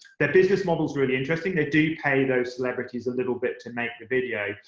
the business model's really interesting. they do pay those celebrities a little bit to make the video,